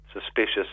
suspicious